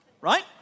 right